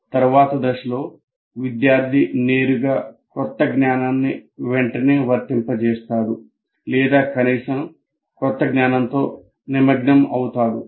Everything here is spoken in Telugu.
తరువాత దశలో విద్యార్థి నేరుగా క్రొత్త జ్ఞానాన్ని వెంటనే వర్తింపజేస్తాడు లేదా కనీసం కొత్త జ్ఞానంతో నిమగ్నం అవుతాడు